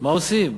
מה עושים?